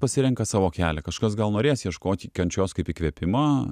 pasirenka savo kelią kažkas gal norės ieškoti kančios kaip įkvėpimo